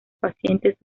pacientes